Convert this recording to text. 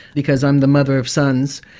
because i'm the mother of sons,